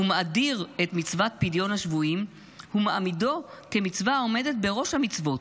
ומאדיר את מצוות פדיון שבויים ומעמידה כמצווה העומדת בראש המצוות: